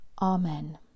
Amen